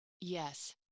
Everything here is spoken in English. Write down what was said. Yes